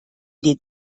den